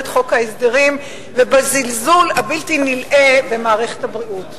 חוק ההסדרים ובזלזול הבלתי-נלאה במערכת הבריאות.